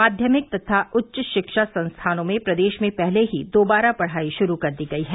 माध्यमिक तथा उच्च शिक्षा संस्थानों में प्रदेश में पहले ही दोबारा पढ़ाई शुरू कर दी गई है